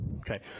Okay